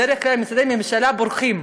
בדרך כלל משרדי ממשלה בורחים,